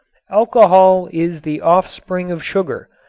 alcohol is the offspring of sugar,